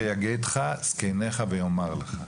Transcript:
וְיַגֵּ֔דְךָ זְקֵנֶ֖יךָ וְיֹ֥אמְרוּ לָֽךְ".